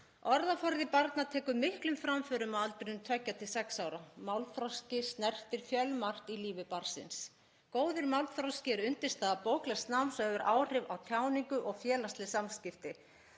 Orðaforði barna tekur miklum framförum á aldrinum tveggja til sex ára. Málþroski snertir fjölmargt í lífi barnsins. Góður málþroski er undirstaða bóklegs náms og hefur áhrif á tjáningu og félagsleg samskipti.